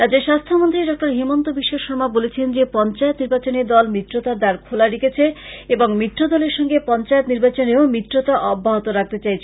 রাজ্যের স্বাস্থ্যমন্ত্রী ডক্টর হিমন্ত বিশ্ব শর্মা বলেছেন যে পঞ্চায়ত নির্বাচনে দল মিত্রতার দ্বার খোলা রেখেছে এবং মিত্র দলের সঙ্গে পঞ্চায়েত নির্বাচনেও মিত্রতা অব্যহত রাখতে চাইছে